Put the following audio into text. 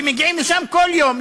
ומגיעים לשם כל יום,